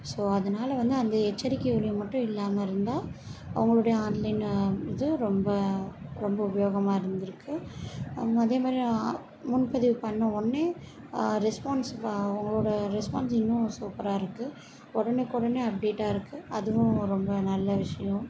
so அதனால வந்து அந்த எச்சரிக்கை ஒலி மட்டும் இல்லாமல் இருந்தால் அவங்களுடைய ஆன்லைன் இது ரொம்ப ரொம்ப உபயோகமாக இருந்துருக்கு அதே மாரி முன்பதிவு பண்ண உடனே ரெஸ்பான்ஸ் உங்களோட ரெஸ்பான்ஸ் இன்னும் சூப்பராக இருக்கு உடனுக்குடனே அப்டேட்டாக இருக்கு அதுவும் ரொம்ப நல்ல விஷயம்